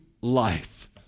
life